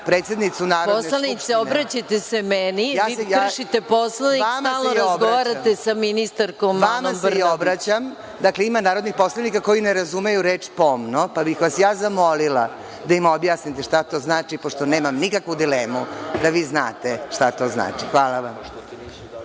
predsednicu Narodne skupštine… **Maja Gojković** Poslanice, obraćajte se meni. Vi kršite Poslovnik, stalno razgovarate sa ministarkom Anom Brnabić. **Gordana Čomić** Vama se i obraćam. Dakle, ima narodnih poslanika koji ne razumeju reč „pomno“, pa bih vas ja zamolila da im objasnite šta to znači, pošto nemam nikakvu dilemu da vi znate šta to znači. Hvala vam.